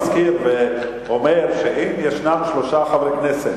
המזכיר מפנה את תשומת לבי ואומר שאם ישנם שלושה חברי כנסת